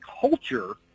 culture